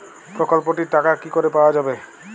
প্রকল্পটি র টাকা কি করে পাওয়া যাবে?